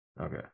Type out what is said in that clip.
Okay